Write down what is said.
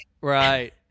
Right